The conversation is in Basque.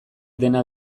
dena